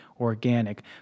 organic